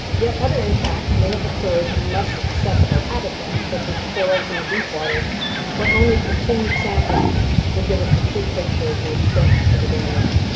yet other impacts may have occurred in less accessible habitats such as corals in the deepwater where only continued sampling will give us a true picture of the extent of the damage.